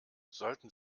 sollten